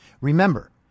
Remember